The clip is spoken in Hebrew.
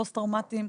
לפוסט טראומטיים,